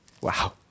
Wow